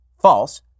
false